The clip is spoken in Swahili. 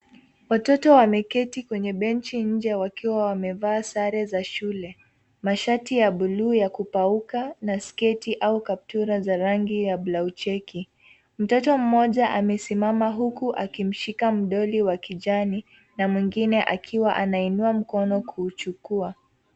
Watoto wameketi kwenye benchi nje, wakiwa wamevaa sare za shule, mashati ya bluu ya kupauka na sketi au kaptula za rangi ya blaocheki. Mtoto mmoja amesimama huku akimshika mdoli wa kijani, na mwingine akiwa ameinua mkono kuuchukua.